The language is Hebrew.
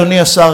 אדוני השר,